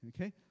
okay